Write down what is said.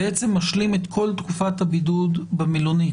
בעצם משלים את כל תקופת הבידוד במלונית.